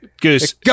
Goose